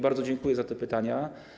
Bardzo dziękuję za te pytania.